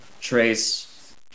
trace